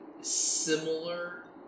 similar